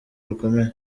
rukomeye